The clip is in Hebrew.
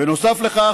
בנוסף לכך,